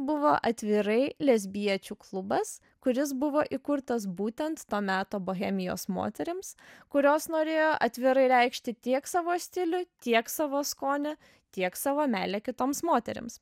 buvo atvirai lesbiečių klubas kuris buvo įkurtas būtent to meto bohemijos moterims kurios norėjo atvirai reikšti tiek savo stilių tiek savo skonį tiek savo meilę kitoms moterims